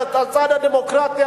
בצד הדמוקרטי,